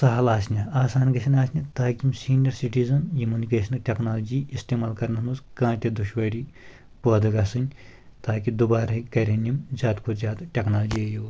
سَہَل آسنہِ آسان گژھن آسنہِ تاکہِ یِم سیٖنیر سِٹیٖزَن یِمَن گژھِ نہٕ ٹؠکنالجی استعمال کَرنَس منٛز کانٛہہ تہِ دُشوٲری پٲدٕ گژھٕنۍ تاکہِ دُبارٕ ہیٚکہِ کَرن یِم زیادٕ کھۄتہٕ زیادٕ ٹیکنالجِیے یوٗز